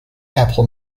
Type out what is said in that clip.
apple